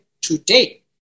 today